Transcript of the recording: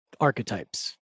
archetypes